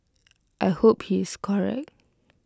I hope he is correct